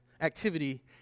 activity